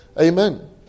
Amen